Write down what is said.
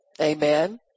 Amen